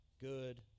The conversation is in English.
good